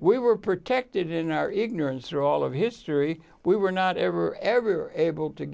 we were protected in our ignorance or all of history we were not ever ever able to